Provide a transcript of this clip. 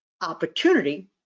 opportunity